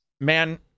Man